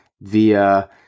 via